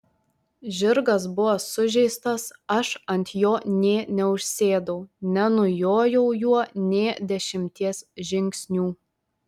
žirgas buvo sužeistas aš ant jo nė neužsėdau nenujojau juo nė dešimties žingsnių